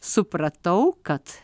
supratau kad